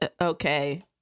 okay